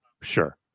sure